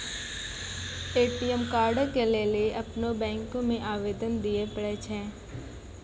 ATM कार्डो के लेली अपनो बैंको मे आवेदन दिये पड़ै छै